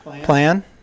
plan